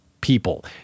people